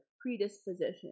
predisposition